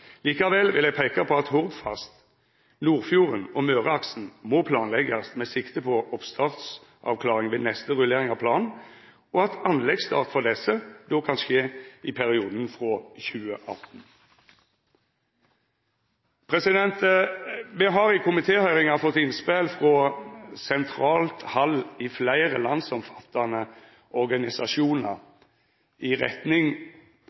Likevel vil eg peika på at Hordfast, Nordfjorden og Møreaksen må planleggast med sikte på oppstartsavklaring ved neste rullering av planen, og at anleggsstart for desse då kan skje i perioden frå 2018. Me har i komitéhøyringar fått innspel frå sentralt hald i fleire landsomfattande organisasjonar i retning